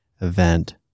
event